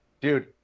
Dude